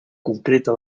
concreta